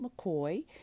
McCoy